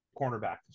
cornerback